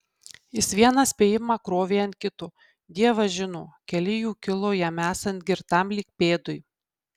jis vieną spėjimą krovė ant kito dievas žino keli jų kilo jam esant girtam lyg pėdui